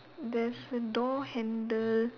there's a door handle